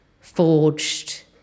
forged